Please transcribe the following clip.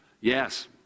Yes